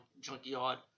junkyard